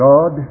God